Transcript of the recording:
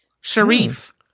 Sharif